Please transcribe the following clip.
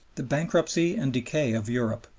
the bankruptcy and decay of europe,